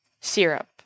syrup